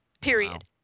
period